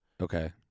Okay